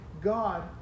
God